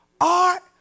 art